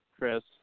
chris